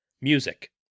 Music